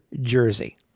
jersey